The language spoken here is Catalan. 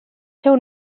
seu